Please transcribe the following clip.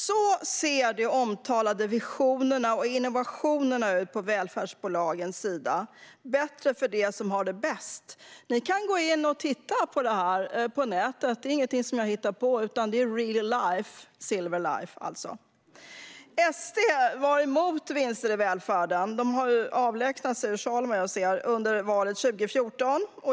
Så ser de omtalade visionerna och innovationerna ut från välfärdsbolagens sida: bättre för dem som har det bäst. Ni kan gå in och titta på det här på nätet. Det är ingenting som jag hittar på, utan det är real life - Silver Life. Sverigedemokraterna, som vad jag ser har avlägsnat sig ur salen, var emot vinster i välfärden under valet 2014.